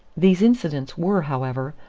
these incidents were, however,